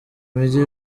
mijyi